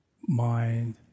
mind